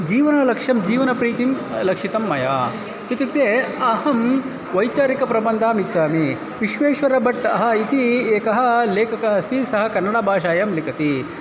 जीवनलक्षं जीवनप्रीतिं लक्षितं मया इत्युक्ते अहं वैचारिकप्रबन्धान् इच्छामि विश्वेश्वरभट्टः इति एकः लेखकः अस्ति सः कन्नडभाषायां लिखति